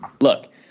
Look